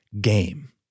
game